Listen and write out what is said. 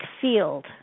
field